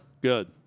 Good